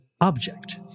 object